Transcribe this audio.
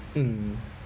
mm